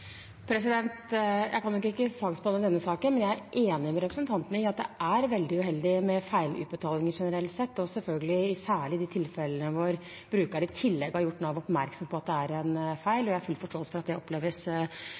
representanten i at det er veldig uheldig med feilutbetalinger generelt sett, og selvfølgelig særlig i de tilfellene hvor brukeren i tillegg har gjort Nav oppmerksom på at det er en feil. Jeg har full forståelse for at det oppleves